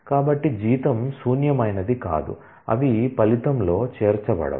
కాబట్టి జీతం శూన్యమైనది కాదు అవి ఫలితంలో చేర్చబడవు